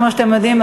כמו שאתם יודעים,